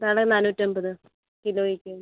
തള നാനൂറ്റമ്പത് കിലോയ്ക്ക്